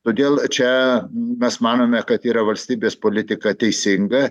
todėl čia mes manome kad yra valstybės politika teisinga